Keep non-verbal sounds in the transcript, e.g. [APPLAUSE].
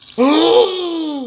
[NOISE]